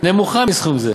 נמוכה מסכום זה.